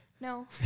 no